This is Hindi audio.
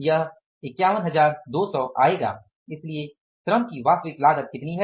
यह 51200 आएगा इसलिए श्रम की वास्तविक लागत कितनी है